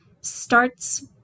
starts